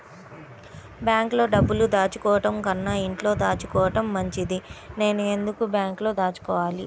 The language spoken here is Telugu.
బ్యాంక్లో డబ్బులు దాచుకోవటంకన్నా ఇంట్లో దాచుకోవటం మంచిది నేను ఎందుకు బ్యాంక్లో దాచుకోవాలి?